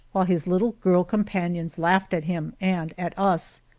while his little girl companions laughed at him and at us.